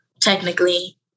technically